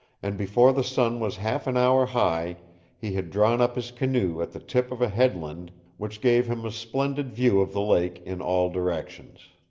and before the sun was half an hour high he had drawn up his canoe at the tip of a headland which gave him a splendid view of the lake in all directions.